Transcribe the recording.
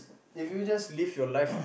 if you just live your life